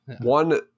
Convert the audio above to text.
one